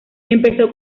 empezó